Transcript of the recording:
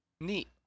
Neat